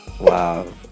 Wow